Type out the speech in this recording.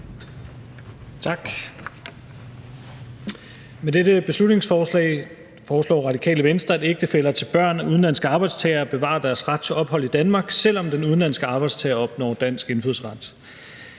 Tak. Med dette beslutningsforslag foreslår Radikale Venstre, at ægtefæller til børn af udenlandske arbejdstagere bevarer deres ret til ophold i Danmark, selv om den udenlandske arbejdstager opnår dansk indfødsret.